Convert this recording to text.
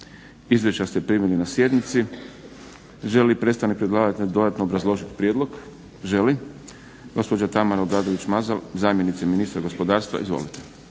Izvješća ste primili na sjednici. Želi li predstavnik predlagatelja dodatno obrazložiti prijedlog? Želi. Gospođa Tamara Obradović Mazal, zamjenica ministra gospodarstva. Izvolite.